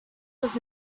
was